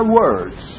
words